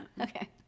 okay